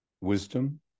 wisdom